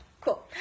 cool